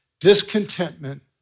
Discontentment